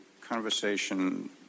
conversation